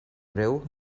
breu